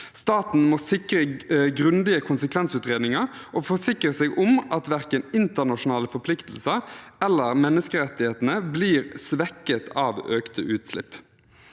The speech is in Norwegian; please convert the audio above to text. Staten må sikre grundige konsekvensutredninger og forsikre seg om at verken internasjonale forpliktelser eller menneskerettighetene blir svekket av økte utslipp.